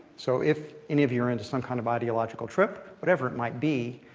so if any of you are into some kind of ideological trip, whatever it might be,